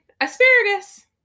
asparagus